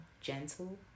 gentle